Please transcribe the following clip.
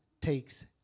takes